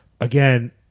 again